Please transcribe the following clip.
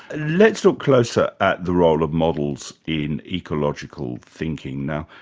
let's look closer at the role of models in ecological thinking now.